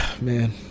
Man